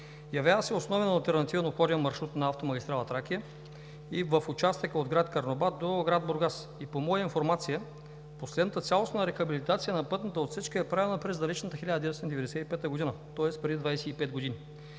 Явява се основен алтернативен обходен маршрут на автомагистрала „Тракия“ в участъка от град Карнобат до град Бургас. По моя информация последната цялостна рехабилитация на пътната отсечка е правена през далечната 1995 г., тоест преди 25 години.